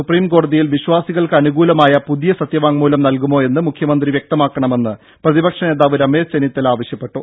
സുപ്രീംകോടതിയിൽ വിശ്വാസികൾക്ക് അനുകൂലമായ പുതിയ സത്യവാങ്മൂലം നൽകുമോ എന്ന് മുഖ്യമന്ത്രി വ്യക്തമാക്കണമെന്ന് പ്രതിപക്ഷ നേതാവ് രമേശ് ചെന്നിത്തല ആവശ്യപ്പെട്ടു